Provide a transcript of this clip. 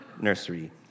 nursery